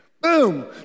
boom